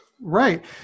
Right